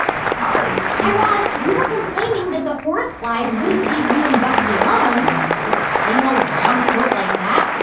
sorry guy raz, you were complaining that the horseflies wouldn't leave you and bucky alone. but with a plain, old, brown coat like that,